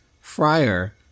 friar